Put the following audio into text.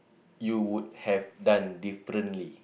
you would have done differently